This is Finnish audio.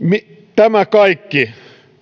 tämä kaikki